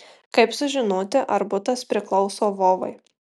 kaip sužinoti ar butas priklauso vovai